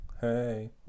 Hey